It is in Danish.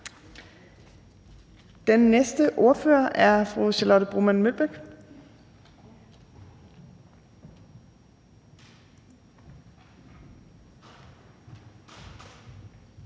Den næste ordfører er fru Charlotte Broman Mølbæk,